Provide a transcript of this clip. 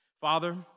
Father